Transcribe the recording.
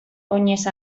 oinez